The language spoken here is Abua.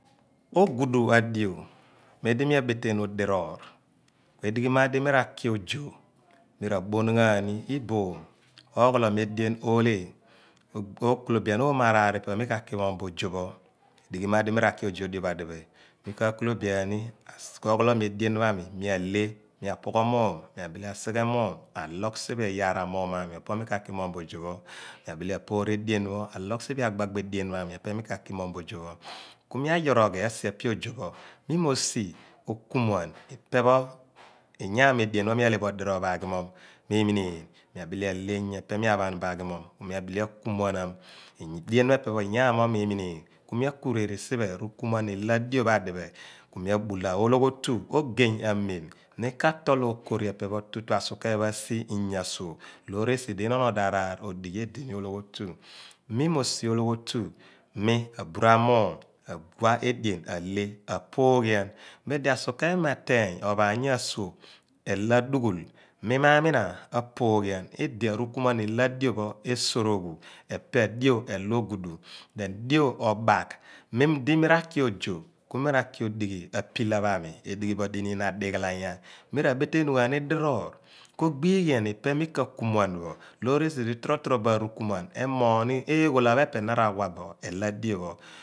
Ogudu adio mem lo mia meten diroogh edighi maar di mi ra ki ojo mi raboon ghani iboom ogho lo mi edean oheh okolobian omo araar pho ipe mi kaki mum bo ojo pho edighi maar di mi ra ki ojo dio pho adiphe me kakolobiani oghoolo mi edien pho ami mia aheh mea a phughool mum ma behe a sighe moum mia lough siphe iyaar pho opo mi kakimom bo ojo pho mia puur edien pho mie loogh siphe asigbaba pho edien pho a mi epe mi ki mum bo ojo pho ku mi ayouroghi asi epeh ojo pho ku mi ro si epe ojo pho. Inyan adiroor pho mea pham bo aghimum ojo pho re minean mia bele aheh yeh pe pho mia phan bo aghi mum ku mi abile akumuan mum edean pho epe pho inyam o me munen ku mi akurere siphe rukumuan ilo adio pho adiphe kumi abula ologhotu ogey amem meka tool okori epe pho tutu asokeeny pho asi inya asugh loor esidi innon odo araar odighi edimi oloogh otu me mosi olo ghotu mi abura mum awah edean aheh apooghian meem di a sukeeny mateeny ophaany ah a suugh elo adu ghul me ma mina apuughian idi aruknuan ilo adiopho esoroghu epe elo adio elo ogudu dio obaak loor me raki ojo kumi raki elo apillar pho ami epe edighi bo niniin, adighala yaa odighi pho ami mira beetenughani diroor kobighian ipe mi ka kumuan bo loor esi di tro tro bo aru kumuan omuugh eghola pho epe pho na ra wa bo ilo a dio pho